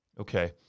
Okay